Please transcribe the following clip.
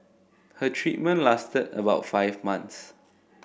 her treatment lasted about five months